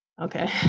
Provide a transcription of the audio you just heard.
okay